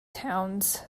towns